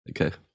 okay